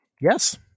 Yes